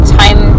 time